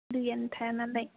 दैआनो थाया नालाय